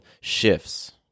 shifts